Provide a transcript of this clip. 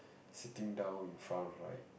sitting down you found right